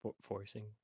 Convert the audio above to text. Forcing